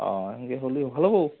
অঁ এনেকৈ হ'লে ভাল হ'ব